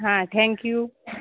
हां थँक्यू